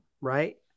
right